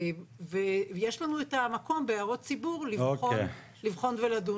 ויש לנו את המקום בהערות ציבור לבחון ולדון.